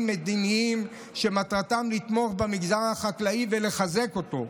מדיניים שמטרתם לתמוך במגזר החקלאי ולחזק אותו.